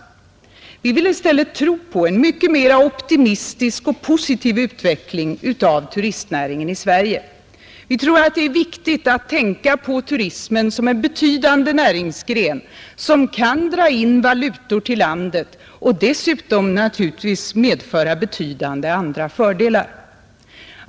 Vi vill i stället tro på en mycket mer optimistisk och positiv utveckling av turistnäringen i Sverige. Vi tror att det är viktigt att tänka på turismen som en betydande näringsgren, som kan dra in valutor till landet och dessutom naturligtvis medföra betydande andra fördelar.